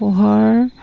পোহৰ